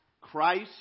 Christ